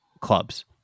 clubs